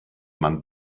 man